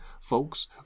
Folks